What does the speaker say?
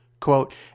Quote